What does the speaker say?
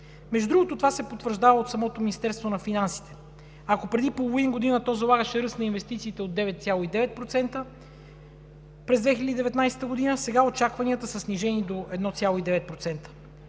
Между другото, това се потвърждава от самото Министерство на финансите. Ако преди половин година то залагаше ръст на инвестициите от 9,9% през 2019 г., сега очакванията са снижени до 1,9%.